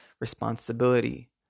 responsibility